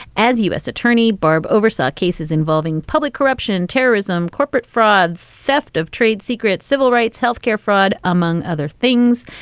as u s. attorney, barb oversaw cases involving public corruption, terrorism, corporate fraud, theft of trade secrets, civil rights, health care fraud, among other things.